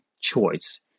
choice